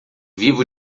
vivo